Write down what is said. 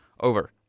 over